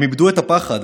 הם איבדו את הפחד,